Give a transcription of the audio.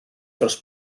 dros